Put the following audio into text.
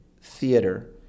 theater